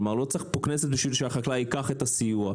כלומר לא צריך פה כנסת בשביל שהחקלאי ייקח את הסיוע,